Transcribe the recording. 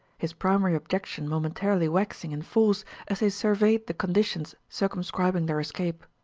his primary objection momentarily waxing in force as they surveyed the conditions circumscribing their escape.